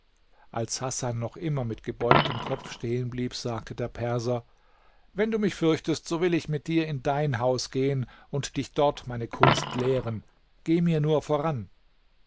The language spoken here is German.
als hasan noch immer mit gebeugtem kopf stehenblieb sagte der perser wenn du mich fürchtest so will ich mit dir in dein haus gehen und dich dort meine kunst lehren geh mir nur voran